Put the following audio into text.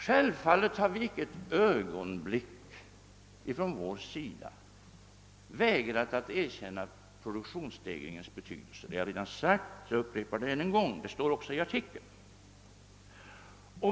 Självfallet har vi icke ett ögonblick från vår sida vägrat att erkänna produktionsstegringens betydelse. Det har jag redan sagt, jag upprepar det än en gång. Det står också i artikeln.